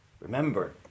Remember